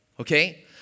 Okay